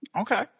Okay